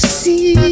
see